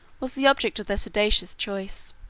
was the object of their seditious choice.